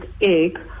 egg